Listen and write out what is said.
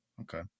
okay